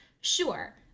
sure